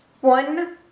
one